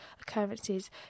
occurrences